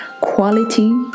quality